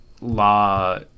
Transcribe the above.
law